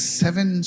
seven